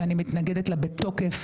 שאני מתנגדת לה בתוקף.